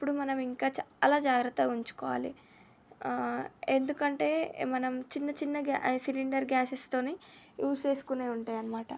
అప్పుడు మనం ఇంకా చాలా జాగ్రత్తగా ఉంచుకోవాలి ఎందుకంటే మనం చిన్ని చిన్ని గ్యాస్ సిలిండర్ గ్యాసెస్తోనే యూస్ చేసుకునేయి ఉంటాయన్నమాట